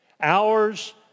hours